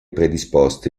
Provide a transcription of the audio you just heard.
predisposto